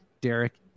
Derek